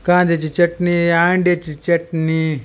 कांद्याची चटणी अंड्याची चटणी